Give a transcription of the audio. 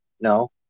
No